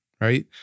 right